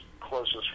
closest